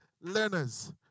learners